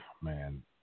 Man